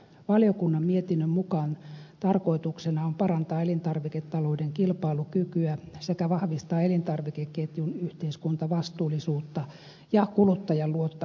valiokunnan mietinnön mukaan tarkoituksena on parantaa elintarviketalouden kilpailukykyä sekä vahvistaa elintarvikeketjun yhteiskuntavastuullisuutta ja kuluttajan luottamusta